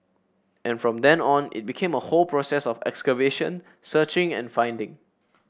and from then on it became a whole process of excavation searching and finding